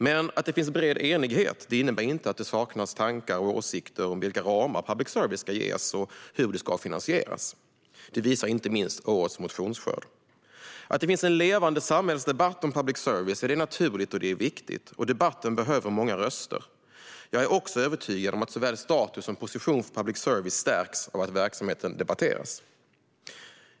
Men att det finns bred enighet innebär inte att det saknas tankar och åsikter om vilka ramar public service ska ges och hur det ska finansieras. Det visar inte minst årets motionsskörd. Att det finns en levande samhällsdebatt om public service är naturligt och viktigt. Debatten behöver många röster. Jag är också övertygad om att såväl status som position för public service stärks av att verksamheten debatteras.